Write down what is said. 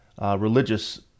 religious